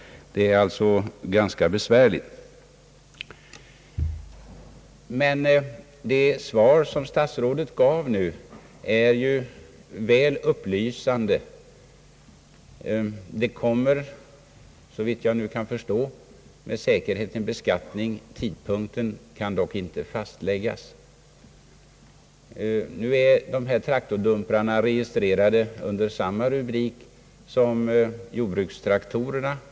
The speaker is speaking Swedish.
Det är alltså ganska besvärligt. Det svar som statsrådet gav är mycket upplysande. Det kommer såvitt jag nu kan förstå med säkerhet en beskattning. Tidpunkten kan dock inte fastläggas. Dessa traktordumprar är registrerade under samma rubrik som jordbrukstraktorerna.